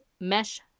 mesh